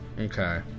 okay